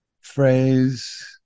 phrase